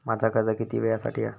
माझा कर्ज किती वेळासाठी हा?